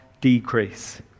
decrease